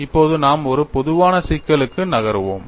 இப்போது நாம் ஒரு பொதுவான சிக்கலுக்கு நகருவோம்